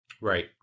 Right